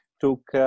took